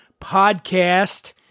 podcast